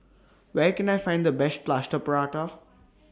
Where Can I Find The Best Plaster Prata